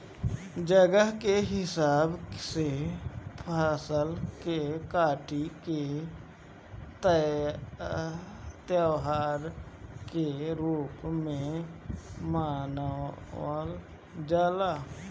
जगह के हिसाब से फसल के कटाई के त्यौहार के रूप में मनावल जला